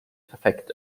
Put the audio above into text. perfekt